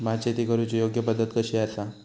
भात शेती करुची योग्य पद्धत कशी आसा?